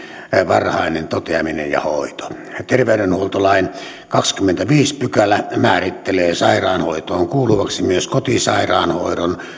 varhainen toteaminen ja hoito terveydenhuoltolain kahdeskymmenesviides pykälä määrittelee sairaanhoitoon kuuluvaksi myös kotisairaanhoidon